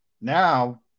Now